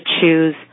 choose